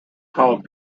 called